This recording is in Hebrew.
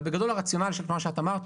אבל בגדול הרציונל של מה שאת אמרת,